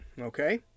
okay